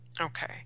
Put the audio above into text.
Okay